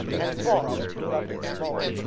and bought the two loveliest of all.